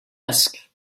desk